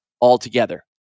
altogether